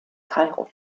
kairo